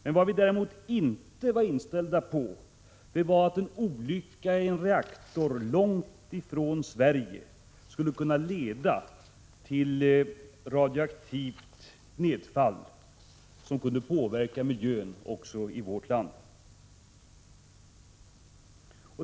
Men vad vi inte var inställda på var att en olycka i en reaktor långt ifrån Sverige skulle kunna leda till radioaktivt nedfall som kunde påverka miljön också i vårt land.